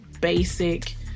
basic